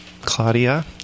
Claudia